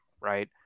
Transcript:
Right